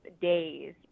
days